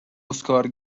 اسکار